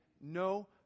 no